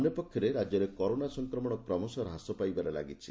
ଅନ୍ୟ ପକ୍ଷରେ ରାଜ୍ୟରେ କରୋନା ସଂକ୍ରମଶ କ୍ରମଶଃ ହ୍ରାସ ପାଇବାରେ ଲାଗିଛି